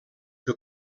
que